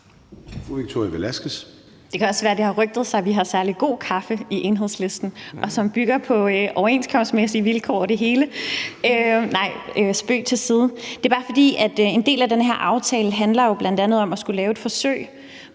Det kan også være, det er rygtedes, at vi har særlig god kaffe i Enhedslisten, som bygger på overenskomstmæssige vilkår og det hele. Nej, spøg til side. Det er bare, fordi en del af den her aftale jo bl.a. handler om at skulle lave et forsøg,